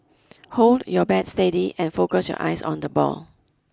hold your bat steady and focus your eyes on the ball